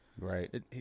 Right